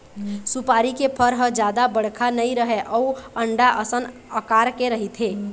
सुपारी के फर ह जादा बड़का नइ रहय अउ अंडा असन अकार के रहिथे